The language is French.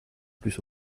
plus